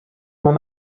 man